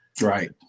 Right